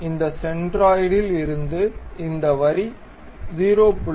இந்த சென்ட்ராய்டில் இருந்து இந்த வரி 0